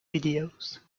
videos